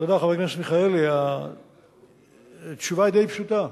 חבר הכנסת מיכאלי, התשובה היא די פשוטה.